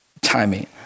timing